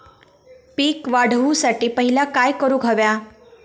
पीक वाढवुसाठी पहिला काय करूक हव्या?